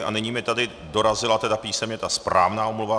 A nyní mi tady dorazila tedy písemně ta správná omluva.